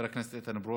חבר הכנסת איתן ברושי,